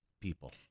people